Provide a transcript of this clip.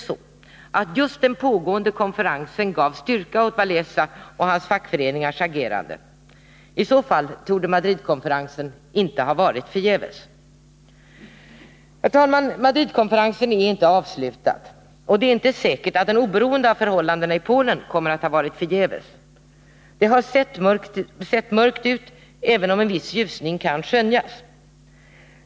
så, att just den pågående konferensen gav styrka åt Walesa och hans fackföreningars agerande. I så fall torde Madridkonferensen inte ha varit förgäves. Herr talman! Madridkonferensen är inte avslutad, och det är inte säkert att den, oberoende av förhållandena i Polen, kommer att ha varit förgäves. Det har sett mörkt ut, även om en viss ljusning kan skönjas.